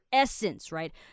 essence，right？